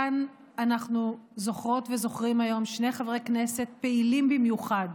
כאן אנחנו זוכרות וזוכרים היום שני חברי כנסת פעילים במיוחד,